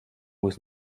muss